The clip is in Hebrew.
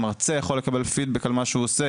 המרצה יכול לקבל פידבק על מה שהוא עושה,